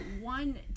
one